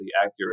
accurate